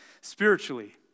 spiritually